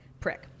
prick